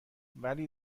ولی